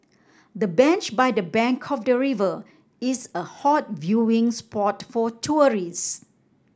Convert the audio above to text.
the bench by the bank of the river is a hot viewing spot for tourists